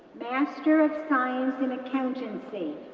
master of science in accountancy,